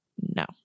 no